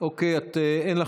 שאין לנו